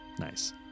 Nice